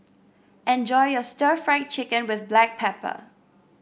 enjoy your Stir Fried Chicken with Black Pepper